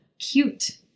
Cute